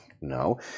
No